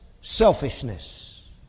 selfishness